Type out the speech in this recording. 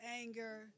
anger